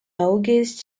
august